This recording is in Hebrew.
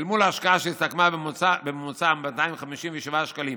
אל מול ההשקעה שהסתכמה בממוצע ב-257 שקלים